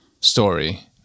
story